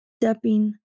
stepping